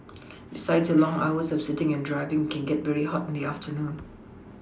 besides the long hours of sitting and driving can get very hot in the afternoon